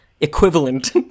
equivalent